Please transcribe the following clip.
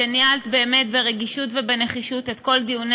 שניהלת באמת ברגישות ובנחישות את כל דיוני